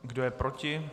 Kdo je proti?